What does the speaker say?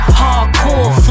hardcore